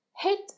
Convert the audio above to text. Hit